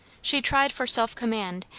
she tried for self-command,